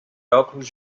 óculos